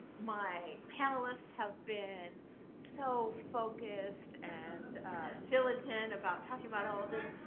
my panelists have been so focused and diligent about talking about all of this.